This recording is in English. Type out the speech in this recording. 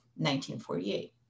1948